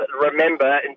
remember